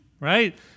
right